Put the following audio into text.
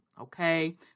okay